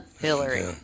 Hillary